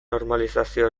normalizazio